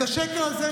ראש הממשלה.